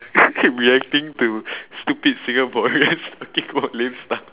reacting to stupid singaporeans looking for lame stuff